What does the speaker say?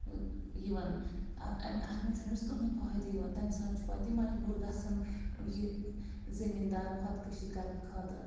یِوان اَتھ منٛز چھُ نہٕ أمِس کٔہنۍ فٲیدٕ یِوان تَمہِ ساتہٕ چھُ پَتہٕ یہِ مجبوٗر گژھان یہِ زمیٖندر خۄدکٔشی کرنہٕ خٲطرٕ